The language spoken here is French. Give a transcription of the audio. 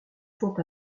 font